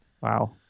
Wow